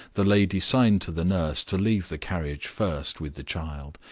the lady signed to the nurse to leave the carriage first with the child.